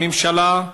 לממשלה,